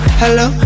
hello